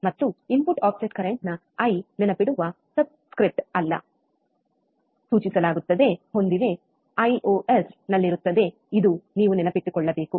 ಮತ್ತು input offset current ನ I ನೆನಪಿಡುವ ಸಬ್ಸ್ಕ್ರಿಪ್ಟ್ ಅಲ್ಲಿ ಸೂಚಿಸಲಾಗುತ್ತದೆ ಹೊಂದಿವೆ ಐಓಎಸ್ನಲ್ಲಿರುತ್ತದೆ ಇದು ನೀವು ನೆನಪಿಟ್ಟುಕೊಳ್ಳಬೇಕು